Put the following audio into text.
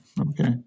Okay